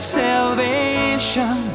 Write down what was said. salvation